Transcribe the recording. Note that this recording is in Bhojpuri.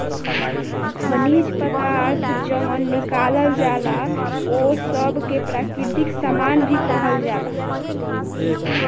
खनिज पदार्थ जवन निकालल जाला ओह सब के प्राकृतिक सामान भी कहल जाला